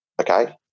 okay